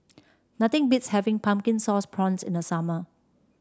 nothing beats having Pumpkin Sauce Prawns in the summer